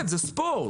זה ספורט.